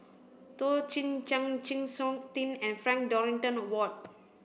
Toh Chin Chye Chng Seok Tin and Frank Dorrington Ward